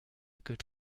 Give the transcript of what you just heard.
good